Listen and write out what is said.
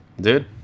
dude